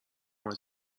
همه